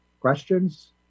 Questions